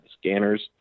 scanners